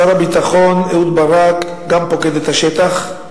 שר הביטחון אהוד ברק גם פקד את השטח,